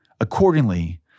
Accordingly